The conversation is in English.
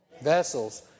Vessels